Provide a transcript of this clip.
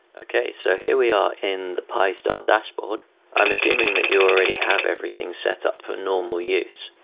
ok, so here we are in the pi-star dashboard i'm assuming that you already have everything set up for normal use.